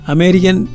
American